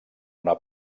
una